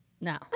No